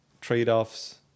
trade-offs